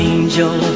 Angel